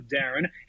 Darren